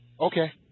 Okay